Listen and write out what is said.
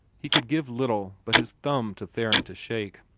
he could give little but his thumb to theron to shake.